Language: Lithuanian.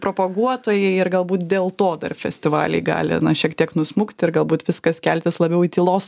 propaguotojai ir galbūt dėl to dar festivaliai gali šiek tiek nusmukti ir galbūt viskas keltis labiau į tylos